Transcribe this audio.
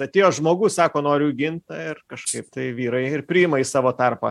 atėjo žmogus sako noriu gint ir kažkaip tai vyrai ir priima į savo tarpą